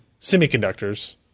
semiconductors